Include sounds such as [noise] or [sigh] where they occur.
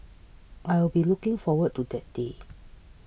I will be looking forward to that day [noise]